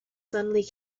suddenly